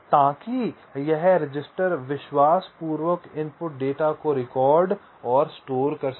ताकि यह रजिस्टर विश्वासपूर्वक इनपुट डेटा को रिकॉर्ड और स्टोर कर सके